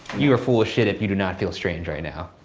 you are full of shit if you do not feel strange right now.